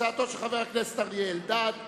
הצעתו של חבר הכנסת אריה אלדד.